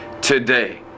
today